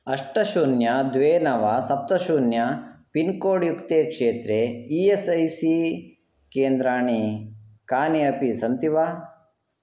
अष्ट शून्यं द्वे नव सप्त शून्यं पिन्कोड् युक्ते क्षेत्रे ई एस् ऐ सी केन्द्राणि कानि अपि सन्ति वा